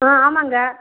ஆ ஆமாங்க